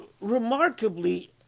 remarkably